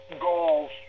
goals